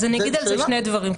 אז אני אגיד על זה שני דברים.